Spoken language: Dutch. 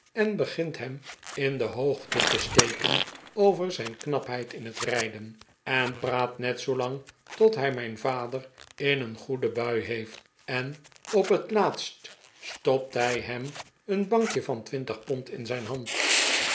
en begint hem in de hoogte te steken over zijn knapheid in het rijden en praat net zoolang tot hij mijn vader in een goede bui heeft en op het laatst stopt hij hem een bankje van twintig pond in zijn hand